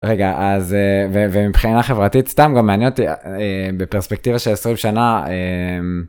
רגע אז מבחינה חברתית סתם גם מעניין אותי בפרספקטיבה של 20 שנה.